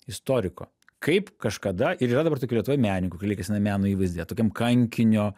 istoriko kaip kažkada ir yra dabar tokių lietuvių menininkų kurie lieka sename meno įvaizdyje tokiam kankinio